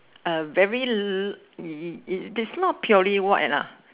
uh very l~ it it it's not purely white lah